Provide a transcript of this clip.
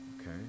Okay